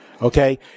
Okay